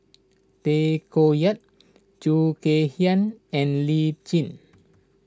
Tay Koh Yat Khoo Kay Hian and Lee Tjin